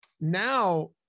Now